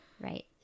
Right